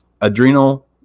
adrenal